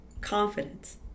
confidence